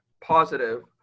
positive